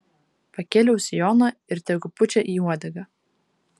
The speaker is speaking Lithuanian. pakėliau sijoną ir tegu pučia į uodegą